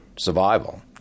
survival